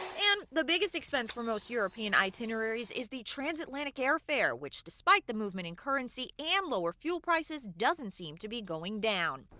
and the biggest expense for most european itineraries is the transatlantic airfare, which despite the movement in currency and lower fuel prices, doesn't seem to be going down.